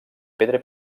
pedra